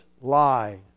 lie